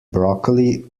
broccoli